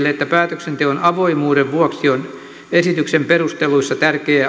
virkamiehille että päätöksenteon avoimuuden vuoksi on esityksen perusteluissa tärkeää